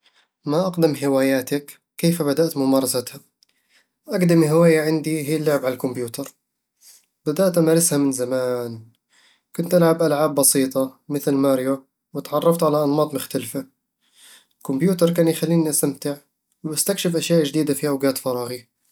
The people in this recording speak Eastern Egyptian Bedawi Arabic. ما أقدم هواياتك؟ كيف بدأت ممارستها؟ أقدم هواية عندي هي اللعب على الكمبيوتر بدأت أمارسها من زمان، كنت ألعب ألعاب بسيطة مثل ماريو وتعرفت على أنماط مختلفة الكمبيوتر كان يخليني أستمتع وأستكشف أشياء جديدة في أوقات فراغي